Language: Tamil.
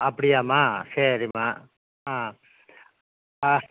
அப்படியாம்மா சரிம்மா ஆ